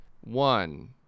one